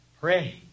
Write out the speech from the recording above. Pray